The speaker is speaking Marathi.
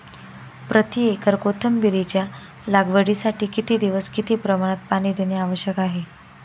प्रति एकर कोथिंबिरीच्या लागवडीसाठी किती दिवस किती प्रमाणात पाणी देणे आवश्यक आहे?